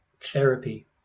therapy